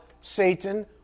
Satan